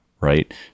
right